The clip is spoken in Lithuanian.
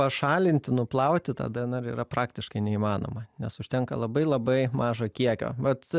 pašalinti nuplauti tą dnr yra praktiškai neįmanoma nes užtenka labai labai mažo kiekio vat